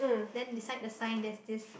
then beside the sign there's this